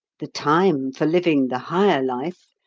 the time for living the higher life,